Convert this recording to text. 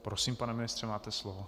Prosím, pane ministře, máte slovo.